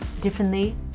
differently